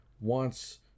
wants